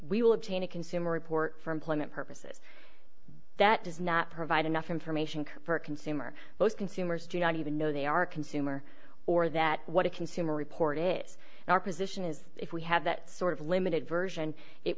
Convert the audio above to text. a consumer report from planet purposes that does not provide enough information for a consumer most consumers do not even know they are consumer or that what a consumer report it and our position is if we have that sort of limited version it